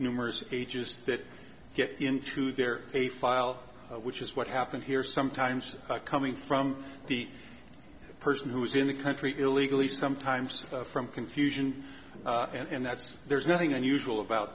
numerous ages that get into their a file which is what happened here sometimes coming from the a person who is in the country illegally sometimes from confusion and that's there's nothing unusual about